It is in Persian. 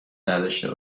نداشته